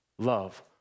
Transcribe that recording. love